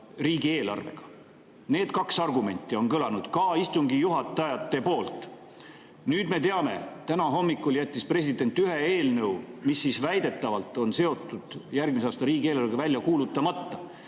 riigieelarvega. Need kaks argumenti on kõlanud ka istungi juhatajate poolt. Nüüd me teame, et täna hommikul jättis president ühe eelnõu, mis väidetavalt on seotud järgmise aasta riigieelarvega, välja kuulutamata.